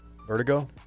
Vertigo